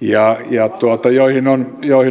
ja joihin on vastattu